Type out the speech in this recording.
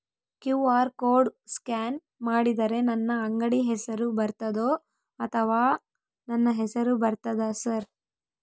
QR code scan ಮಾಡಿದರೆ ನನ್ನ ಅಂಗಡಿ ಹೆಸರು ಬರ್ತದೋ ಅಥವಾ ನನ್ನ ಹೆಸರು ಬರ್ತದ ಸರ್?